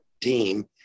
team